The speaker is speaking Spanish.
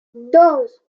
dos